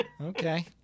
Okay